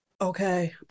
Okay